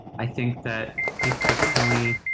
i think that even personally,